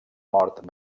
mort